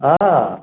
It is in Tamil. ஆ